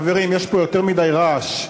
חברים, יש פה יותר מדי רעש.